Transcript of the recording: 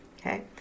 okay